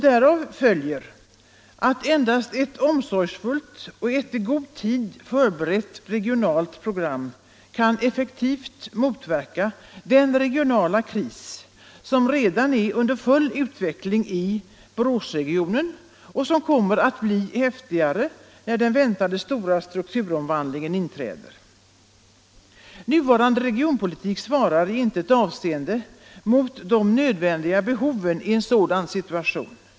Därav följer att endast ett omsorgsfullt och i god tid förberett regionalt program kan effektivt motverka den regionala kris som redan är under full utveckling i Boråsregionen och som kommer att bli häftigare när den väntade stora strukturomvandlingen inträder. Nuvarande regionpolitik svarar i intet avseende mot de nödvändiga behoven i en sådan situation.